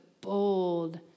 bold